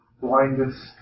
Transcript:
blindest